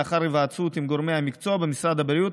לאחר היוועצות עם גורמי המקצוע במשרד הבריאות,